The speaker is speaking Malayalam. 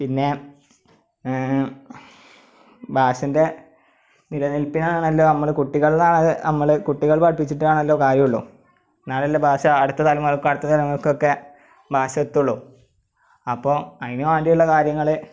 പിന്നെ ഭാഷൻ്റെ നിലനിൽപ്പിനാണല്ലോ നമ്മൾ കുട്ടികളിലാണത് നമ്മൾ കുട്ടികൾ പഠിപ്പിച്ചിട്ടാണല്ലോ കാര്യമുള്ളു എന്നാലല്ലേ ഭാഷ അടുത്ത തലമുറക്കു അടുത്ത തലമുറക്കും ഒക്കെ ഭാഷ എത്തുകയുള്ളു അപ്പോൾ അതിനു വേണ്ടിയുള്ള കാര്യങ്ങൾ